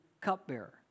cupbearer